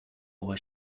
why